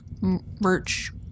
merch